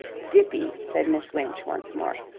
dippy! said miss winch once more.